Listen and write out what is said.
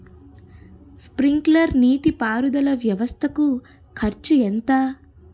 Sprinkler నీటిపారుదల వ్వవస్థ కు ఖర్చు ఎంత?